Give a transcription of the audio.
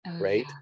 right